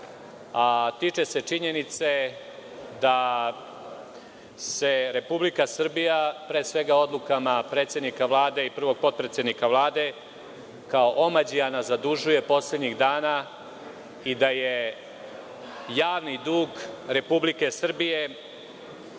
tiče se činjenice da se Republika Srbija, pre svega odlukama predsednika Vlade i prvog potpredsednika Vlade, kao omađijana zadužuje poslednjih dana i da je javni dug Republike Srbije